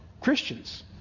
Christians